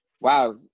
Wow